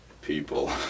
people